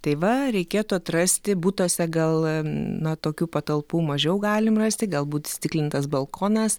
tai va reikėtų atrasti butuose gal na tokių patalpų mažiau galim rasti galbūt įstiklintas balkonas